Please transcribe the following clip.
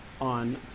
on